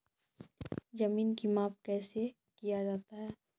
जमीन की माप कैसे किया जाता हैं?